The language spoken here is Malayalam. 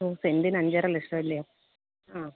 ഓ സെൻറിന് അഞ്ചര ലക്ഷം അല്ലേ ആ